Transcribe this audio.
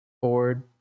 Ford